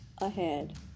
ahead